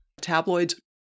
tabloids